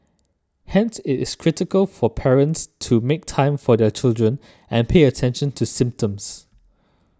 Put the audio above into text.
hence it is critical for parents to make time for their children and pay attention to symptoms